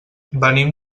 venim